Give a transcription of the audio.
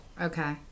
Okay